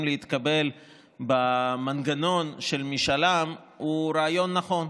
להתקבל במנגנון של משאל העם הוא רעיון נכון.